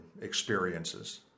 experiences